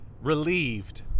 relieved